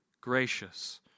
gracious